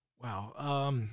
Wow